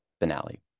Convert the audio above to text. finale